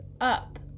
up